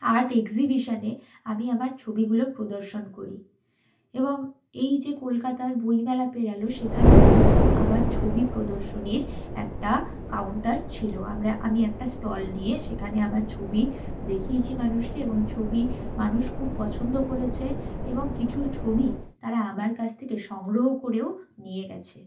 art এগজিবিশনে আমি আমার ছবিগুলো প্রদর্শন করি এবং এই যে কলকাতার বইমেলা পেরলো সেখানেও কিন্তু আমার ছবি প্রদর্শনীর একটা কাউন্টার ছিল আমরা আমি একটা স্টল নিয়ে সেখানে আমার ছবি দেখিয়েছি মানুষকে এবং ছবি মানুষ খুব পছন্দ করেছে এবং কিছু ছবি তারা আমার কাছ থেকে সংগ্রহ করেও নিয়ে গিয়েছে